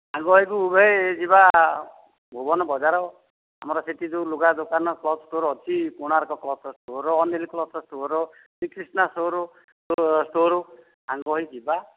ସାଙ୍ଗ ହୋଇକି ଉଭୟେ ଯିବା ଭୂବନ ବଜାର ଆମର ସେଇଠି ଯେଉଁ ଲୁଗା ଦୋକାନ କ୍ଳଥ୍ ଷ୍ଟୋର୍ ଅଛି Konark cloth store Anil cloth store Srikrishna store store ସାଙ୍ଗ ହୋଇ ଯିବା